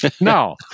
No